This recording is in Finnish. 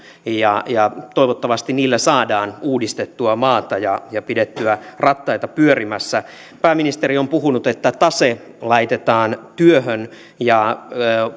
toivottavasti niillä saadaan uudistettua maata ja ja pidettyä rattaita pyörimässä pääministeri on puhunut että tase laitetaan työhön ja